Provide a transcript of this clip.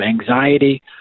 anxiety